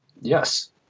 Yes